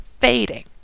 fading